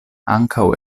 ankaŭ